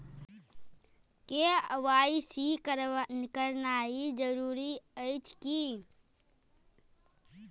KYC करानाइ जरूरी अछि की?